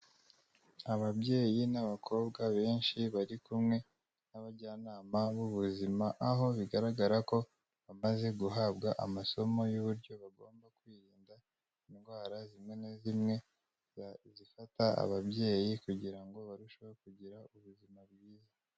Ababyeyi n'abakobwa benshi bari kumwe n'abajyanama b'ubuzima, aho bigaragara ko bamaze guhabwa amasomo y'uburyo bagomba kwirinda indwara zimwe na zimwe, zifata ababyeyi kugira ngo barusheho kugira ubuzima bwiza.